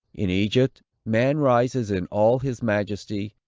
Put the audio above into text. in egypt, man rises in all his majesty,